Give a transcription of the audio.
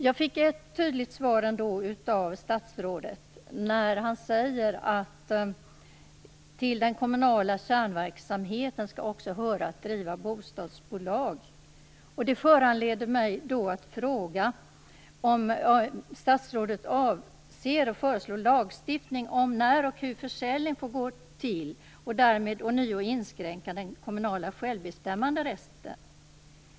Jag fick ändå ett tydligt svar av statsrådet, nämligen när han sade att det till den kommunala kärnverksamheten också skall höra att driva bostadsbolag. Det föranleder mig att fråga om statsrådet avser att föreslå lagstiftning om när försäljning får ske och hur den skall gå till och därmed ånyo inskränka den kommunala självbestämmanderätten.